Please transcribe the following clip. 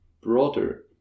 broader